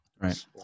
Right